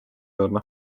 jõudma